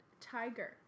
Tiger